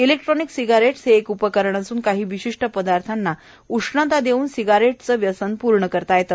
electronic cigarettes हे एक उपकरण असून काही विशिष्ट पदार्थांना उष्णता देऊन सिगारेट्सचं व्यसव पूर्ण करता येते